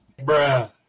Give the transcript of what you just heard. Bruh